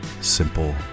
simple